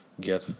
get